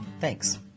Thanks